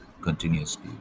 continuously